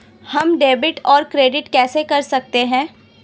हम डेबिटऔर क्रेडिट कैसे कर सकते हैं?